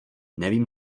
nevím